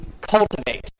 cultivate